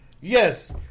Yes